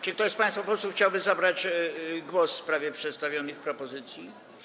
Czy ktoś z państwa posłów chciałby zabrać głos w sprawie przedstawionych propozycji?